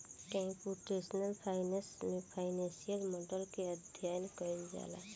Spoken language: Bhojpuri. कंप्यूटेशनल फाइनेंस में फाइनेंसियल मॉडल के अध्ययन कईल जाला